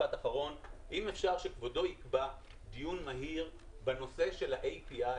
אם אפשר שכבודו יקבע דיון מהיר בנושא של ה-ATI.